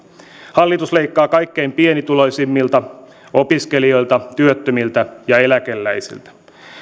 hallitus leikkaa kaikkein pienituloisimmilta opiskelijoilta työttömiltä ja eläkeläisiltä